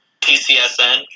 TCSN